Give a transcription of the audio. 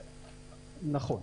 נכון.